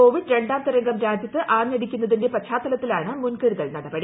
Covid രണ്ടാപ്പ തരംഗം രാജ്യത്ത് ആഞ്ഞടിക്കുന്നതിന്റെ പശ്ചാത്തലത്തില്ലാണ് മുൻകരുതൽ നടപടി